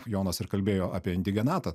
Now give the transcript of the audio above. jonas ir kalbėjo apie indigenatą